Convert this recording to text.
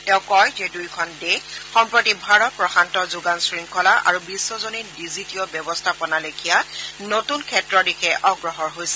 তেওঁ কয় যে দুয়োখন দেশ সম্প্ৰতি ভাৰত প্ৰশান্ত যোগান শৃংখলা আৰু বিশ্বজনীন ডিজিটীয় ব্যৱস্থাপনা লেখীয়া নতুন ক্ষেত্ৰৰ দিশে অগ্ৰসৰ হৈছে